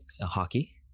hockey